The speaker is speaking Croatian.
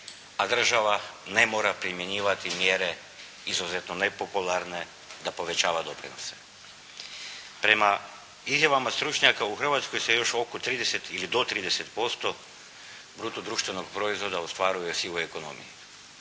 a država ne mora primjenjivati mjere izuzetno nepopularne da povećava doprinose. Prema izjavama stručnjaka u Hrvatskoj se još oko 30 ili do 30% bruto društvenog proizvoda ostvaruje sivu ekonomiju.